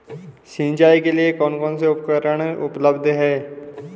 सिंचाई करने के लिए कौन कौन से उपकरण उपलब्ध हैं?